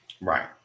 Right